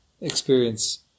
Experience